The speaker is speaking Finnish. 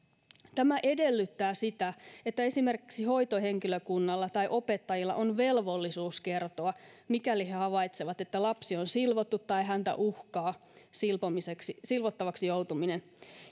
tämä edellyttää sitä että esimerkiksi hoitohenkilökunnalla tai opettajilla on velvollisuus kertoa mikäli he havaitsevat että lapsi on silvottu tai häntä uhkaa silvottavaksi joutuminen